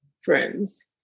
friends